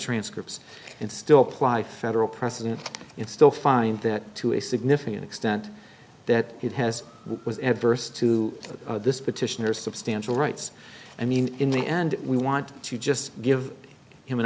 transcripts and still apply federal precedent it still find that to a significant extent that it has was ever to this petitioner substantial rights i mean in the end we want to just give him an